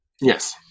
Yes